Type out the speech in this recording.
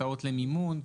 הצעות למימון,